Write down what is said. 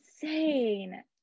insane